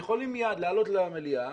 יכולים מייד לעלות למליאה